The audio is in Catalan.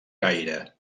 gaire